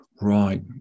Right